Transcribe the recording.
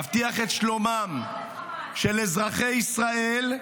-- להבטיח את שלומם של אזרחי ישראל,